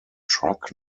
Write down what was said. truck